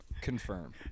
confirm